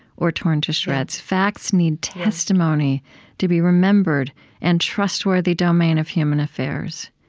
or torn to shreds. facts need testimony to be remembered and trustworthy domain of human affairs.